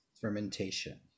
fermentation